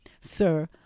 sir